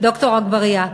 ד"ר אגבאריה,